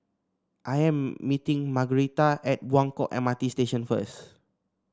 I am meeting Margretta at Buangkok M R T Station first